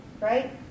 Right